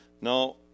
No